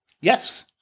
Yes